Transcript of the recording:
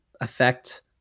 affect